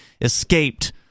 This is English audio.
escaped